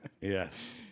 Yes